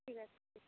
ঠিক আছে